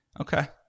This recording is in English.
Okay